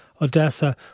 Odessa